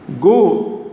go